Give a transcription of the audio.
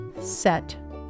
set